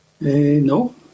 No